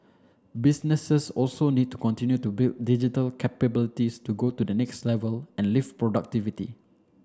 businesses also need to continue to build digital capabilities to go to the next level and lift productivity